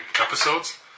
episodes